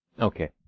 Okay